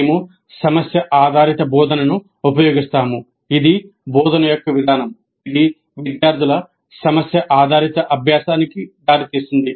మేము సమస్య ఆధారిత బోధనను ఉపయోగిస్తాము ఇది బోధన యొక్క విధానం ఇది విద్యార్థుల సమస్య ఆధారిత అభ్యాసానికి దారితీస్తుంది